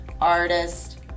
artist